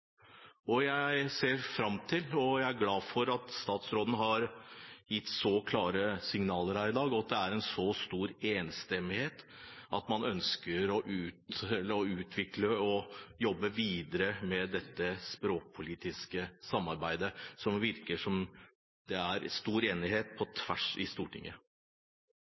språkpolitikk. Jeg er glad for at statsråden har gitt så klare signaler her i dag, og at det er en så stor enstemmighet om at man ønsker å utvikle og jobbe videre med dette språkpolitiske samarbeidet. Det virker som om det er stor enighet på tvers av partiene på Stortinget.